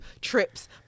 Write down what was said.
trips